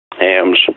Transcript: Hams